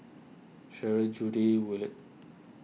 Shirl Judy Willard